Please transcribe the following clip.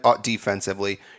defensively